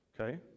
okay